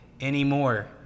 anymore